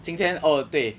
今天 oh 对